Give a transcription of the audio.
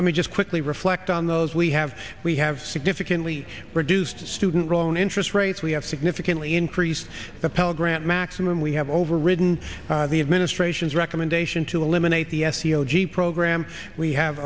let me just quickly reflect on those we have we have significantly reduced student loan interest rates we have significantly increased the pell grant maximum we have overridden the administration's recommendation to eliminate the s e o g program we have